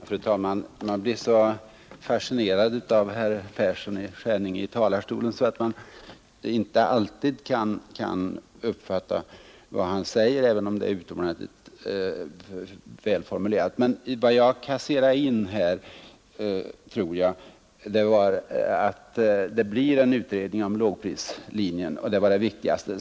Fru talman! Man blir så fascinerad av herr Persson i Skänninge i talarstolen, att man inte alltid kan uppfatta vad han säger, även om det är utomordentligt väl formulerat. Vad jag emellertid tror mig kunna kassera in är att det blir en utredning om lågprislinjen, vilket är det viktigaste.